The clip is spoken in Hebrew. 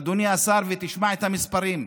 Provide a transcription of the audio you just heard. אדוני השר, ותשמע את המספרים: